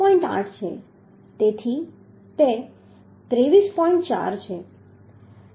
8 છે તેથી તે 23